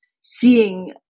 seeing